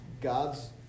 God's